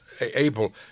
Able